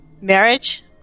marriage